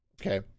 okay